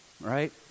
right